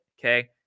Okay